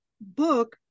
book